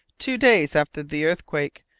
two days after the earthquake,